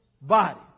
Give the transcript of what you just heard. body